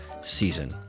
season